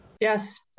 Yes